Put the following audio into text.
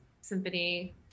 Symphony